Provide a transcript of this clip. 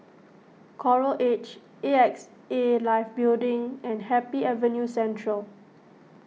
Coral Edge Axa Life Building and Happy Avenue Central